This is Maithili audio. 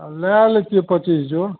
आओर लए लैतियौ पचीस जोड़